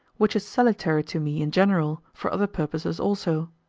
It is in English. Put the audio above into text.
which is salutary to me in general for other purposes also.